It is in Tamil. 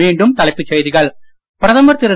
மீண்டும் தலைப்புச் செய்திகள் பிரதமர் திரு